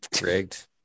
Rigged